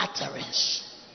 utterance